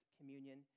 communion